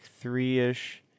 three-ish